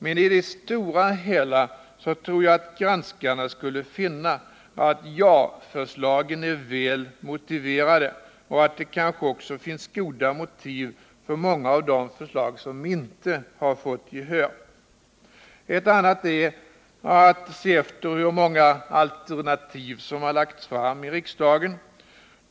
Men i det stora hela tror jag att granskarna skulle finna att ja-förslagen är väl motiverade och att det kanske också finns goda motiv för många av de förslag som inte fått gehör. Ett annat sätt är att se efter hur många alternativ som lagts fram i riksdagen.